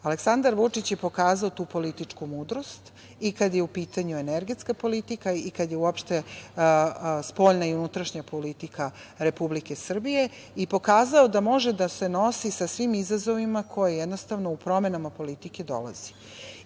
Vučić je pokazao tu političku mudrost i kada je u pitanju energetska politika i kada je uopšte spoljna i unutrašnja politika Republike Srbije i pokazao da može se nosi sa svim izazovima koje jednostavno u promenama politike dolazi.